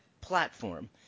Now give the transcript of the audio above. platform